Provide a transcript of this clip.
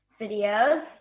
videos